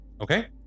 Okay